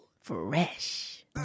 Fresh